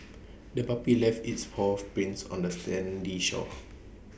the puppy left its paw prints on the sandy shore